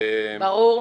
ברור.